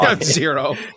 zero